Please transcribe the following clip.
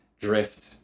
drift